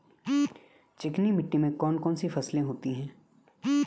चिकनी मिट्टी में कौन कौन सी फसलें होती हैं?